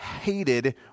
hated